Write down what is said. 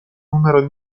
numero